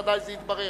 ודאי זה יתברר.